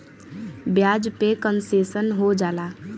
ब्याज पे कन्सेसन हो जाला